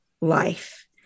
life